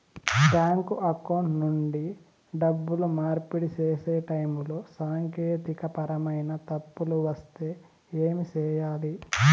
bank account నుండి డబ్బులు మార్పిడి సేసే టైములో సాంకేతికపరమైన తప్పులు వస్తే ఏమి సేయాలి